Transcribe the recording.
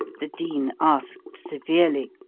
the dean asked severely,